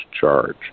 charge